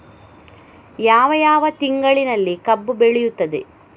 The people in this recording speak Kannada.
ಯಾವ ಯಾವ ತಿಂಗಳಿನಲ್ಲಿ ಕಬ್ಬು ಬೆಳೆಯುತ್ತದೆ?